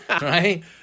right